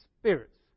spirits